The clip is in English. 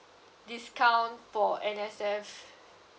discount for N_S_F